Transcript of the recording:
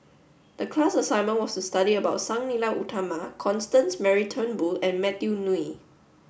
the class assignment was to study about Sang Nila Utama Constance Mary Turnbull and Matthew Ngui